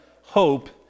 hope